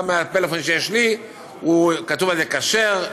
גם על הפלאפון שיש לי כתוב: כשר,